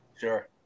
Sure